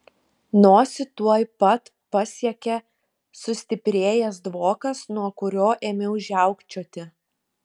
nosį tuoj pat pasiekė sustiprėjęs dvokas nuo kurio ėmiau žiaukčioti